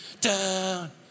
down